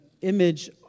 image